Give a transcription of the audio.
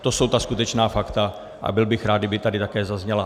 To jsou ta skutečná fakta a byl bych rád, kdyby tady také zazněla.